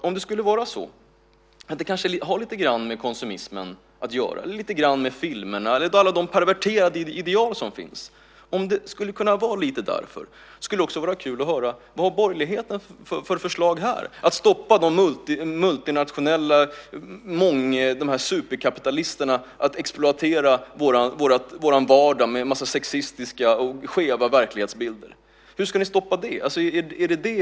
Om det skulle ha lite grann med konsumismen att göra, lite grann med filmerna eller alla de perverterade ideal som finns, skulle det vara kul att höra vad borgerligheten har för förslag. Är det att stoppa de multinationella superkapitalisterna att exploatera vår vardag med en massa sexistiska och skeva verklighetsbilder? Hur ska ni stoppa det?